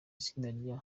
itsinda